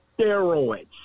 steroids